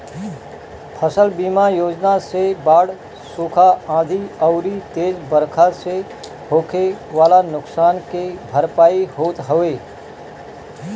फसल बीमा योजना से बाढ़, सुखा, आंधी अउरी तेज बरखा से होखे वाला नुकसान के भरपाई होत हवे